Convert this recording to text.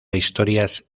historias